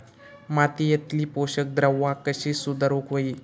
मातीयेतली पोषकद्रव्या कशी सुधारुक होई?